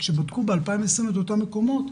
וכשבדקו ב-2020 את אותם מקומות,